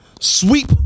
sweep